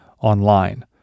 online